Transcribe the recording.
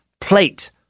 plate